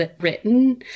written